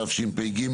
התשפ"ג.